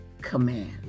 command